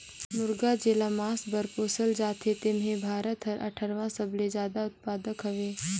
मुरगा जेला मांस बर पोसल जाथे तेम्हे भारत हर अठारहवां सबले जादा उत्पादक हवे